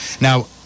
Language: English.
Now